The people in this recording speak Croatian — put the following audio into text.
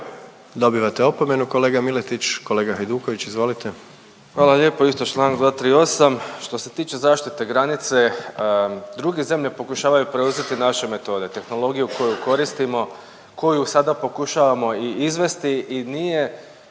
Dobivate opomenu kolega Miletić. Kolega Hajduković, izvolite. **Hajduković, Domagoj (Socijaldemokrati)** Hvala lijepo, isto čl. 238., što se tiče zaštite granice, druge zemlje pokušavaju preuzeti naše metode, tehnologiju koju koristimo, koju sada pokušavamo i izvesti i nije,